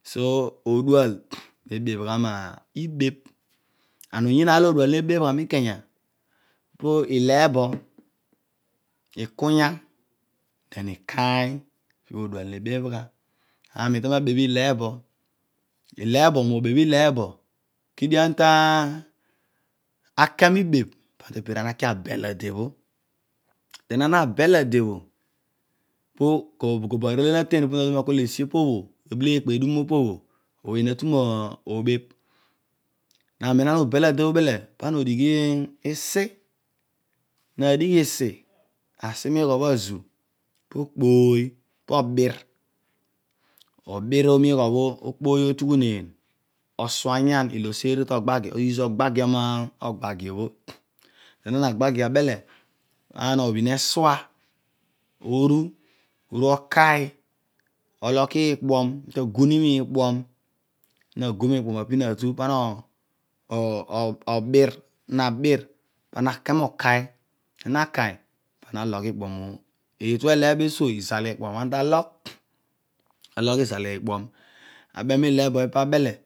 So, odual ne ebebh gha me- i bebh and oyión araar olo odrar neebebh gha mikanya po ileebe, ikunya, na ikaaay po bho odnal nebebh gha ami kaami abebh ieebo ilesbo me abehh, ileebo leidio ana to datai mibebh ana to pira mi ake abel ade bho dem ana ne abel ade bho, pu kobo kobo arele na ten pu no legbom akol esi opobho oblo eekpa edum opo bho. ooy matu moobebh amen ana ubel ade opo bho ubele pana odighi isi ana no digh isi, asi mi igho̱ bho azu, pookpooy, poobir oḇir omo ighọ bho okpooy otughaneen osua nyan ilo oseri to ogbagi ó use ogbagiom ogbagi obho den ana na gbagi obho den ana na gbagi a be̱le̱ ana obbin esaa oru, okai oloki ikprom, ta guni mi kpuom, ana nu agu mikpuom apinatu panna obir, ana na bir, sana ana na la! Mo laa! Na kai, pana ha logh skpno mo obho, extu e̱le̱e̱bo esuo, izal ikpuom mo bho ta logh, ta logh izal, ulogh zial ikpuom aḅe mi ile̱e̱bo ipa bho abche